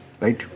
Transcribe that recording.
Right